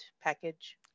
package